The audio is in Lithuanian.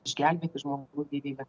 išgelbėti žmogui gyvybę